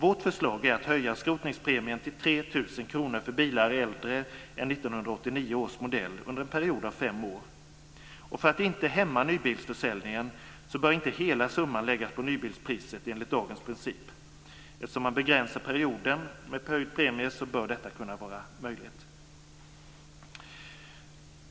Vårt förslag är att höja skrotningspremien till 3 000 kr för bilar äldre än 1989 års modell under en period av fem år. För att inte hämma nybilsförsäljningen bör inte hela summan läggas på nybilspriset enligt dagens princip. Eftersom man begränsar perioden med höjd premie bör detta kunna vara möjligt.